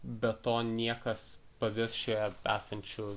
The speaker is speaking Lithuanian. be to niekas paviršiuje esančių